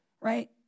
right